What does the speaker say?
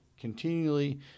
continually